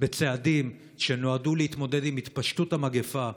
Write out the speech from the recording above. בצעדים שנועדו להתמודד עם התפשטות המגפה,